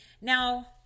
Now